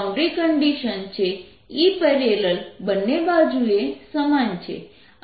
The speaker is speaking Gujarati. બાઉન્ડ્રી કંડિશન્સ છે E ||E પેરેલલ બંને બાજુએ સમાન છે